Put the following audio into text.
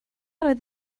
oedd